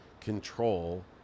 control